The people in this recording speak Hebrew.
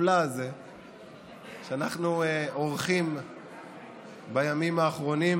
המופלא הזה שאנחנו עורכים בימים האחרונים,